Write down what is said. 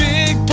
Big